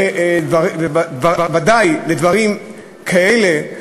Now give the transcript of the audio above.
ובוודאי בדברים כאלה,